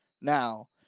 Now-